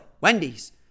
Wendy's